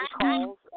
calls